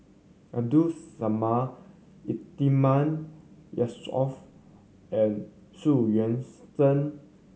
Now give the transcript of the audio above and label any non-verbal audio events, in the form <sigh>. Abdul Samad Yatiman Yusof and <unintelligible> Yuan Zhen